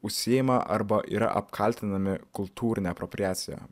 užsiima arba yra apkaltinami kultūrine apropriacija